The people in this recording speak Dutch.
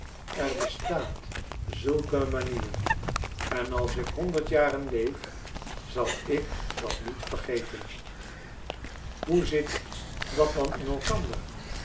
er bestaat zulk een manier en als ik honderd jaren leef zal ik dat niet vergeten hoe zit dat dan in elkander